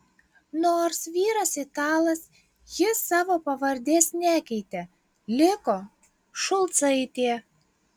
nors vyras italas ji savo pavardės nekeitė liko šulcaitė